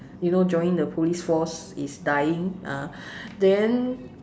you know joining the police force is dying uh then